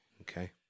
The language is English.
Okay